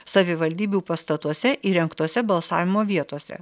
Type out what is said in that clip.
savivaldybių pastatuose įrengtose balsavimo vietose